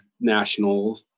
national